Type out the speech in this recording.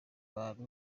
bantu